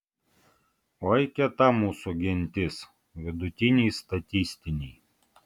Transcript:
oi kieta mūsų gentis vidutiniai statistiniai